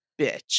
bitch